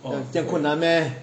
这样困难 meh